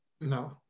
no